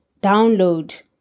download